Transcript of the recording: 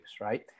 right